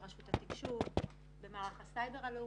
גם בביקורת קונקרטית,